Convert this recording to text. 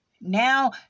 Now